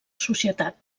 societat